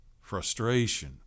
frustration